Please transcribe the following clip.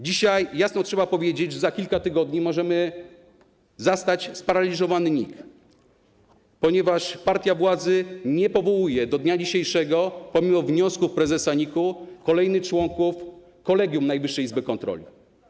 Dzisiaj jasno trzeba powiedzieć, że za kilka tygodni możemy zastać sparaliżowany NIK, ponieważ partia władzy nie powołuje do dnia dzisiejszego, pomimo wniosków prezesa NIK-u, kolejnych członków kolegium Najwyższej Izby Kontroli.